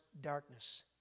darkness